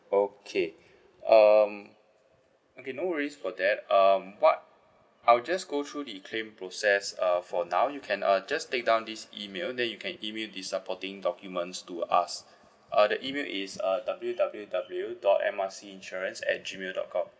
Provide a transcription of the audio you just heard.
okay um okay no worries about that um what I'll just go through the claim process uh for now you can uh just take down this email then you can email the supporting documents to us uh the email is uh W W W dot M R C insurance at gmail dot com